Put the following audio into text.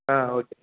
okay